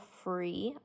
free